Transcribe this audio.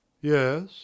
Yes